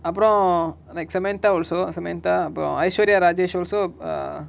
அப்ரோ:apro like samantha also samantha அப்ரோ:apro aisvariyarajesh also err